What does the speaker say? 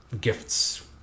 gifts